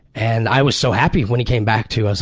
and i was so happy when he came back to us.